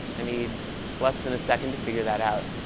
need less than a second to figure that out.